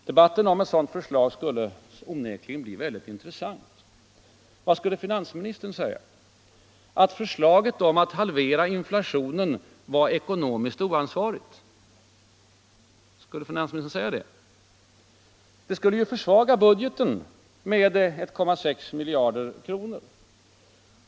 Debatten om ett sådant förslag skulle onekligen bli intressant. Skulle finansministern säga att förslaget om att halvera inflationen var ekonomiskt oansvarigt? Det skulle ju försvaga budgeten med 1,6 miljarder kronor.